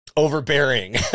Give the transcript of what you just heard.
Overbearing